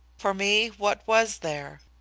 for me what was there?